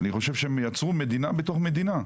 אני חושב שהם יצרו מדינה בתוך מדינה.